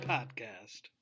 Podcast